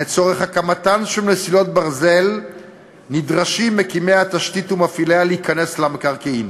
לצורך הקמת מסילות ברזל נדרשים מקימי התשתית ומפעיליה להיכנס למקרקעין,